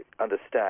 understand